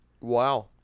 Wow